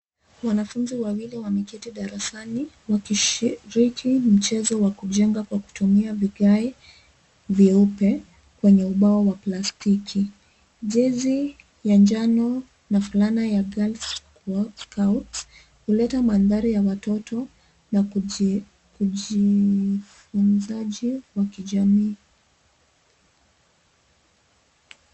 Wanafunzi wawili wameketi darasani wakishiriki mchezo wa kujenga kwa kutumia vigai vyeupe kwenye ubao wa plastiki. Jezi ya njano na fulana ya girls scouts huleta mandhari ya watoto na kujifunzaji wa kijamii.